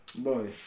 Boy